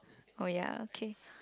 oh ya okay